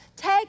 take